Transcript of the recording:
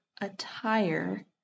attire